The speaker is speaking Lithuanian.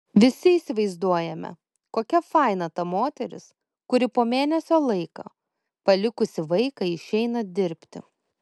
visi įsivaizduojame kokia faina ta moteris kuri po mėnesio laiko palikusi vaiką išeina dirbti